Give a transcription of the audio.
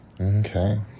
okay